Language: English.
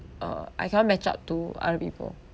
uh I can't match up to other people